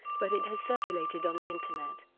but it has circulated on the internet.